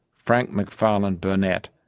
frank mcfarlane burnet,